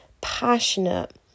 passionate